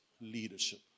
leadership